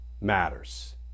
matters